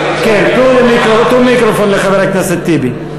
תנו מיקרופון לחבר הכנסת טיבי.